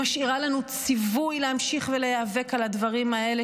היא משאירה לנו ציווי להמשיך ולהיאבק על הדברים האלה